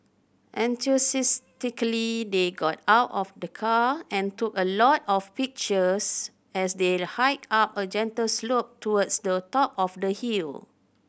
enthusiastically they got out of the car and took a lot of pictures as they hiked up a gentle slope towards the top of the hill